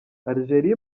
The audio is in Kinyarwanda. algeria